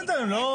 בסדר.